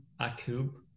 Akub